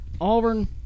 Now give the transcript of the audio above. Auburn